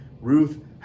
Ruth